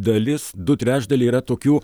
dalis du trečdaliai yra tokių